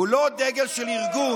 הוא לא דגל של ארגון.